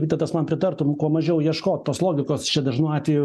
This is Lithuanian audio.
vytautas man pritartum kuo mažiau ieškot tos logikos čia dažnu atveju